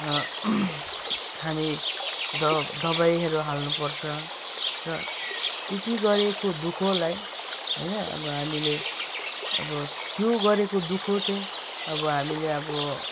हामी द दबाईहरू हाल्नुपर्छ र त्यति गरेको दुःखलाई होइन अब हामीले अब त्यो गरेको दुःख चाहिँ अब हामीले अब